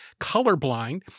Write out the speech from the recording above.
colorblind